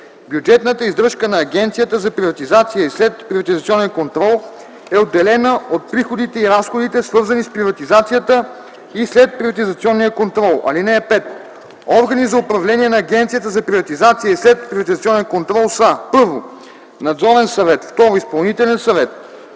Бюджетната издръжка на Агенцията за приватизация и следприватизационен контрол е отделена от приходите и разходите, свързани с приватизацията и следприватизационния контрол. (5) Органи за управление на Агенцията за приватизация и следприватизационен контрол са: 1. Надзорен съвет; 2. Изпълнителен съвет.